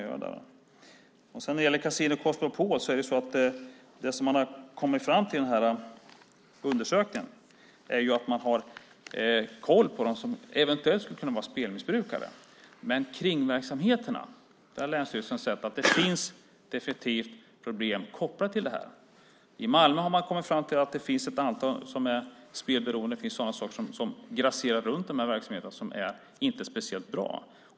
När det gäller Casino Cosmopol har man kommit fram till i denna undersökning att man har koll på dem som eventuellt skulle kunna vara spelmissbrukare. Men länsstyrelsen har sett att det finns problem kopplade till kringverksamheterna. I Malmö har man kommit fram till att det finns ett antal personer som är spelberoende. Det finns saker som grasserar runt dessa verksamheter och som inte är speciellt bra.